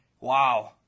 wow